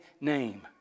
name